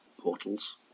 portals